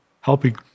helping